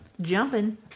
Jumping